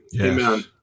Amen